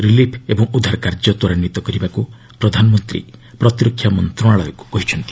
relief ଏବଂ ଉଦ୍ଧାର କାର୍ଯ୍ୟ ତ୍ୱରାନ୍ୱିତ କରିବାକୁ ପ୍ରଧାନମନ୍ତ୍ରୀ ପ୍ରତିରକ୍ଷା ମନ୍ତ୍ରଣାଳୟକୁ କହିଛନ୍ତି